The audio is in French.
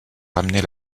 ramener